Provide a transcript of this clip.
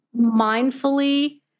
mindfully